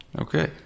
Okay